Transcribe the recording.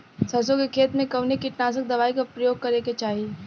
सरसों के खेत में कवने कीटनाशक दवाई क उपयोग करे के चाही?